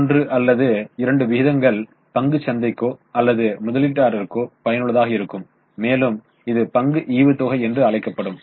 ஒன்று அல்லது இரண்டு விகிதங்கள் பங்குச் சந்தைக்கோ அல்லது முதலீட்டாளர்ககோ பயனுள்ளதாக இருக்கும் மேலும் இது பங்கு ஈவுத்தொகை என்று அழைக்கப்படும்